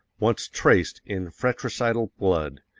once traced in fratricidal blood,